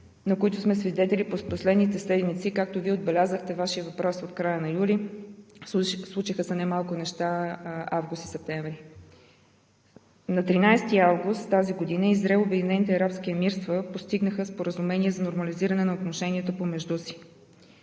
на които сме свидетели през последните седмици. Както и Вие отбелязахте, Вашият въпрос е от края на месец юли и се случиха немалко неща август и септември. На 13 август тази година Израел и Обединените арабски емирства постигнаха споразумение за нормализиране на отношенията помежду си.